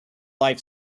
life